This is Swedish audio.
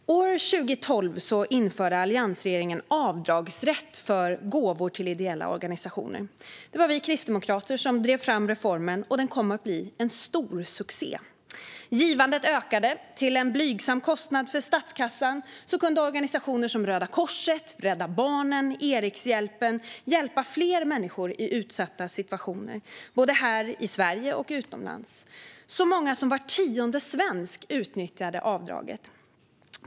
Herr talman! År 2012 införde alliansregeringen avdragsrätt för gåvor till ideella organisationer. Det var vi kristdemokrater som drev fram reformen, och den kom att bli en stor succé. Givandet ökade. Till en blygsam kostnad för statskassan kunde organisationer som Röda Korset, Rädda Barnen och Erikshjälpen hjälpa fler människor i utsatta situationer, både här i Sverige och utomlands. Så många som var tionde svensk utnyttjade avdraget.